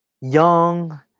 young